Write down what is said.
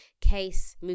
case